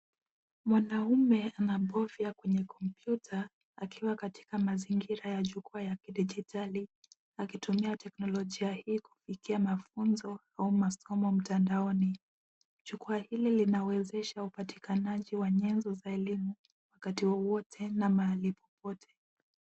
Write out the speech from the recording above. Mwanaume anabofya kwenye kompyuta akiwa katika mazingira ya jukwaa ya kidijitali akitumia teknolojia hii kufikia mafunzo au masomo mtandaoni. Jukwaa hili linawezesha upatikanaji wa nyenzo za elimu wakati wowote na mahali popote.